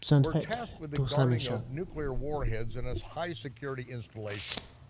were tasked with the guarding of nuclear warheads in this high security installation.